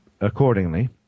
accordingly